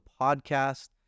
podcast